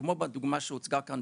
כמו בדוגמא שהוצגה כאן,